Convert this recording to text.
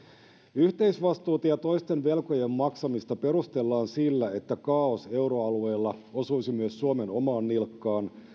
yhteisvastuuta ja toisten velkojen maksamista perustellaan sillä että kaaos euroalueella osuisi myös suomen omaan nilkkaan